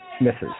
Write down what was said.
misses